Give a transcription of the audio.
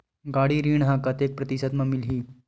गाड़ी ऋण ह कतेक प्रतिशत म मिलही?